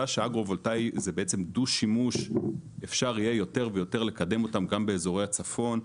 העובדה שהאגרו-וולטאי הוא דו-שימוש; גם באזורי הצפון.